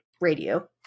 radio